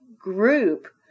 group